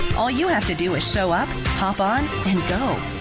all you have to do is show up, hop on, and go.